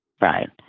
Right